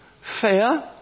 Fair